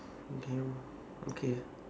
damn okay